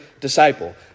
disciple